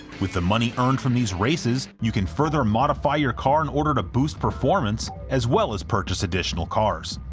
with the money earned from these races, you can further modify your car in order to boost performance, as well as purchase additional cars.